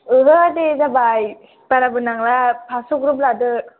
ओहो दे जाबाय बाराबो नांला फासस' ग्रोब लादो